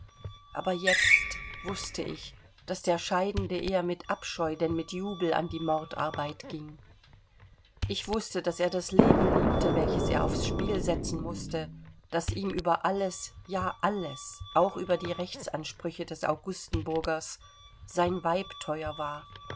aber jetzt wußte ich daß der scheidende eher mit abscheu denn mit jubel an die mordarbeit ging ich wußte daß er das leben liebte welches er aufs spiel setzen mußte daß ihm über alles ja alles auch über die rechtsansprüche des augustenburgers sein weib teuer war